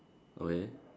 okay